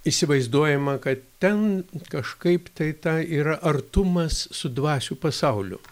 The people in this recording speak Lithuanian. įsivaizduojama kad ten kažkaip tai ta yra artumas su dvasių pasauliu